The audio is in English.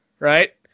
Right